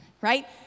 right